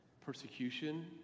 persecution